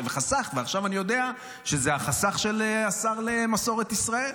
ועכשיו אני יודע שזה החסך של השר למסורת ישראל.